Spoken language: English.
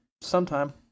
sometime